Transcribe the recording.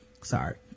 sorry